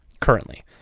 currently